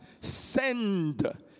send